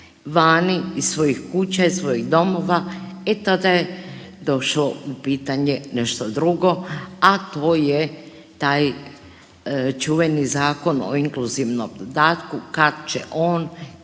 vani iz svojih kuća i iz svojih domova e tada je došlo u pitanje nešto drugo, a to je taj čuvani Zakon o inkluzivnom dodatku, kad će on,